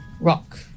rock